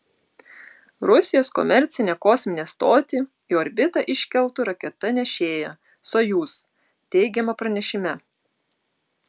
rusijos komercinę kosminę stotį į orbitą iškeltų raketa nešėja sojuz teigiama pranešime